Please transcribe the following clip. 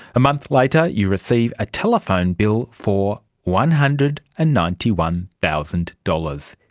a month later you receive a telephone bill for one hundred and ninety one thousand dollars.